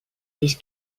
this